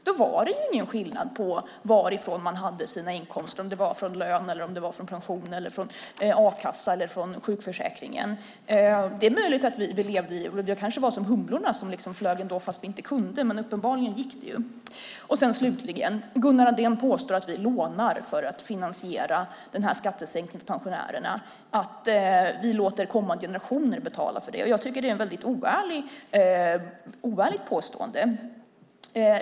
Då var det ingen skillnad på varifrån man hade sina inkomster, om det var från lön, pension, a-kassa eller från sjukförsäkringen. Det är möjligt att vi var som humlorna som flög fast vi inte kunde, men uppenbarligen gick det. Gunnar Andrén påstår slutligen att vi lånar för att finansiera den här skattesänkningen för pensionärerna och att vi låter kommande generationer betala för det. Jag tycker att det är ett väldigt oärligt påstående.